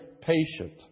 patient